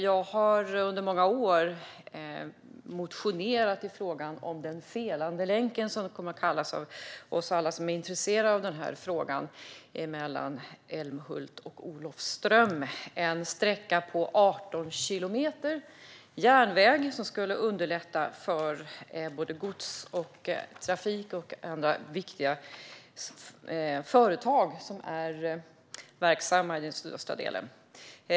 Jag har under många år motionerat i frågan om den felande länken, som det har kommit att kallas av oss alla som är intresserade av frågan om sträckan mellan Älmhult och Olofström - 18 kilometer järnväg som skulle underlätta för både godstrafik och viktiga företag som är verksamma i den sydöstra delen.